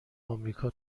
امریکا